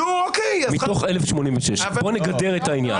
מתוך 1,086. בואו נגדר את העניין.